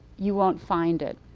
you won't find it.